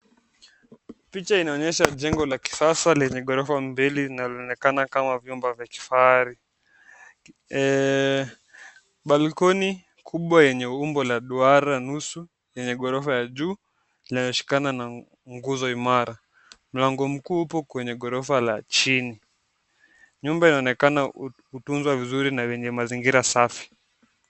Picha inaonyesha jengo la kisasa lenye ghorofa mbili na linaonekana kama vyumba vya kifahari. Balconi kubwa yenye umbo la duara nusu yenye ghorofa ya juu iliyoshikana na nguzo imara. Mlango mkuu upo kwenye ghorofa la chini. Nyumba inaonekana kutunzwa vizuri na yenye mazingira safi.